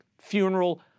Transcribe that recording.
funeral